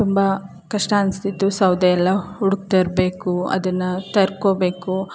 ತುಂಬ ಕಷ್ಟ ಅನಿಸ್ತಿತ್ತು ಸೌದೆಯೆಲ್ಲ ಹುಡುಕಿ ತರಬೇಕು ಅದನ್ನು ತರ್ಕೋಬೇಕು